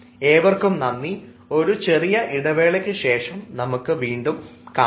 ഏവർക്കും നന്ദി ഒരു ചെറിയ ഇടവേളയ്ക്കു ശേഷം നമുക്ക് വീണ്ടും കാണാം